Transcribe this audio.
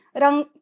rang